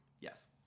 Yes